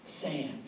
sand